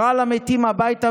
/ קרא למתים הביתה,